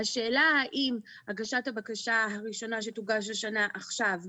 והשאלה האם הגשת הבקשה הראשונה שתוגש השנה עכשיו,